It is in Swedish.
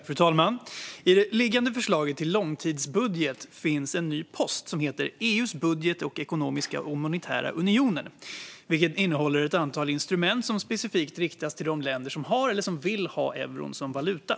Fru talman! I det föreliggande förslaget till långtidsbudget finns en ny post som heter EU:s budget och ekonomiska och monetära unionen, som innehåller ett antal instrument som specifikt riktas till de länder som har eller vill ha euron som valuta.